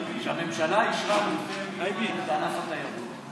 שהממשלה אישרה מתווה מיוחד לענף התיירות,